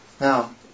Now